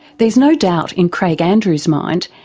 there's no doubt in craig andrews' mind,